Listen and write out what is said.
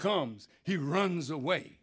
comes he runs away